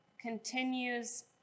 continues